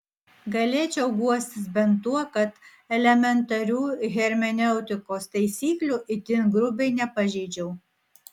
galėčiau guostis bent tuo kad elementarių hermeneutikos taisyklių itin grubiai nepažeidžiau